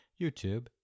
YouTube